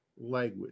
language